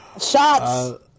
Shots